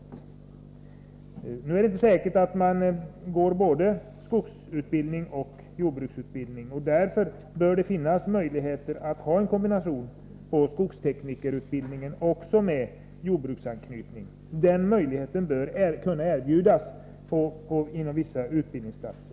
Det är emellertid inte säkert att man väljer både skogsbruksutbildning och jordbruksutbildning. Därför bör skogsteknikerutbildningen kunna kombineras med någon form av jordbruksutbildning. Den möjligheten bör kunna finnas beträffande vissa utbildningsplatser.